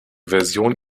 version